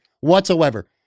Whatsoever